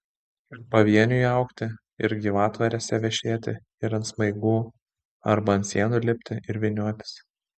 ir pavieniui augti ir gyvatvorėse vešėti ir ant smaigų arba ant sienų lipti ir vyniotis